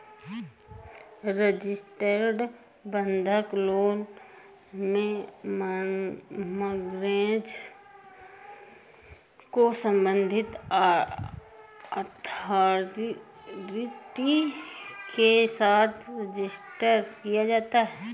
registered बंधक loan में mortgage को संबंधित अथॉरिटी के साथ रजिस्टर किया जाता है